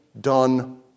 done